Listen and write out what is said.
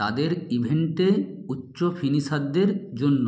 তাদের ইভেন্টে উচ্চ ফিনিশারদের জন্য